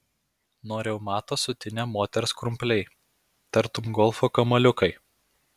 nuo reumato sutinę moters krumpliai tartum golfo kamuoliukai